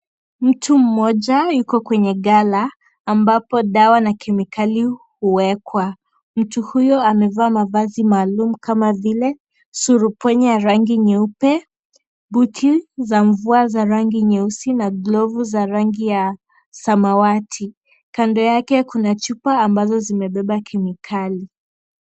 Mtu mmoja yuko kwenye gala ambapo dawa na kemikali huwekwa. Mtu huyo amevaa mavazi maalum kama vile surupwenye, ya rangi nyeupe, buti za rangi nyeusi na glovu za rangi ya samawati. Kando yake kuna chupa ambazo zimewekwa kemikali.